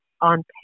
on